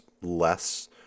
less